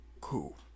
Cool